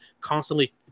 constantly